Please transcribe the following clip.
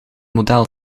model